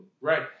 Right